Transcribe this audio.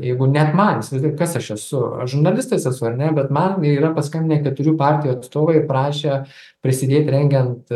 jeigu net man įsivaizduokit kas aš esu aš žurnalistas esu ar ne bet man yra paskambinę keturių partijų atstovai prašė prisidėti rengiant